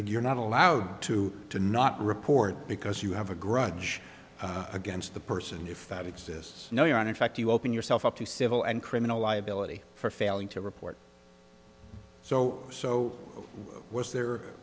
against allowed to to not report because you have a grudge against the person if that exists no you are in fact you open yourself up to civil and criminal liability for failing to report so so was there